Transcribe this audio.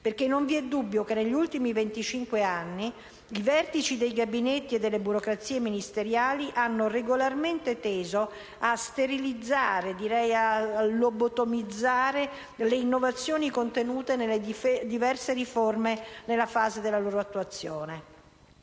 Non vi è dubbio, infatti, che, negli ultimi venticinque anni, i vertici dei gabinetti e delle burocrazie ministeriali hanno regolarmente teso a sterilizzare, direi lobotomizzare, le innovazioni contenute nelle diverse riforme nella fase della loro attuazione.